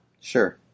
Sure